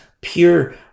pure